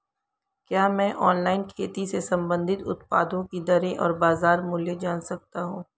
क्या मैं ऑनलाइन खेती से संबंधित उत्पादों की दरें और बाज़ार मूल्य जान सकता हूँ?